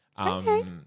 Okay